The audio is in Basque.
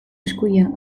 eskuila